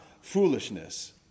foolishness